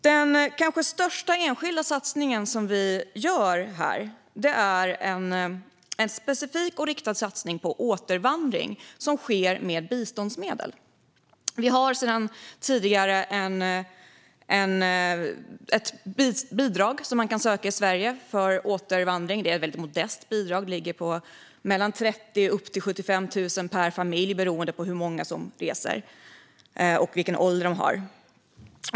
Den kanske största enskilda satsning vi gör här är en specifik och riktad satsning på återvandring som sker med biståndsmedel. Sverige har sedan tidigare ett bidrag man kan söka för återvandring. Det är ett modest bidrag; det ligger på mellan 30 000 och 75 000 per familj, beroende på hur många som reser och vilken ålder de har.